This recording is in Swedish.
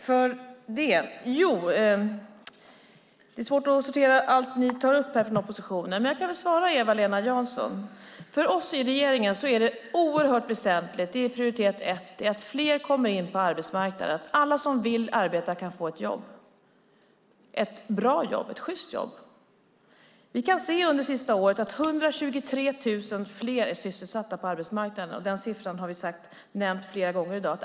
Fru talman! Det är svårt att sortera allt som oppositionen tar upp, men jag kan börja med att svara på Eva-Lena Janssons fråga. För oss i regeringen är det oerhört väsentligt, prioritet ett, att fler kommer in på arbetsmarknaden, att alla som vill arbeta kan få ett jobb, ett bra jobb, ett sjyst jobb. Under det senaste året har vi fått 123 000 fler sysselsatta på arbetsmarknaden. Den siffran har vi nämnt flera gånger i dag.